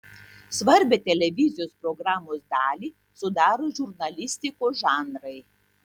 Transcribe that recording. svarbią televizijos programos dalį sudaro žurnalistikos žanrai